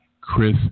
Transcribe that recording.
Chris